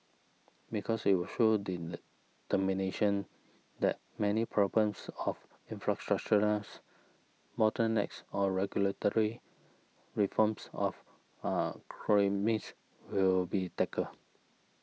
because it will show determination that many problems of infrastructural bottlenecks of regulatory reforms of will be tackled